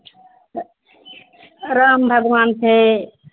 तऽ राम भगबान छै